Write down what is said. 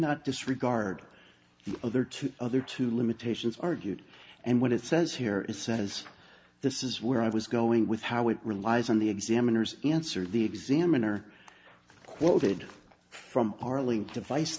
not disregard the other two other two limitations argued and when it says here it says this is where i was going with how it relies on the examiners answer the examiner quoted from our link to vice